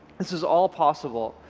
this is all possible.